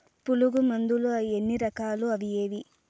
పులుగు మందులు ఎన్ని రకాలు అవి ఏవి?